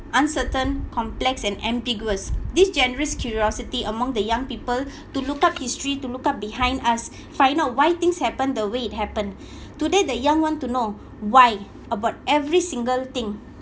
uncertain complex and ambiguous this generous curiosity among the young people to look up history to look up behind us find out why things happen the way it happened today the young want to know why about every single thing